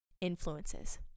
influences